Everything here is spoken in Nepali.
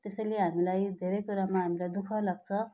त्यसैले हामीलाई धेरै कुरामा हामीलाई दु ख लाग्छ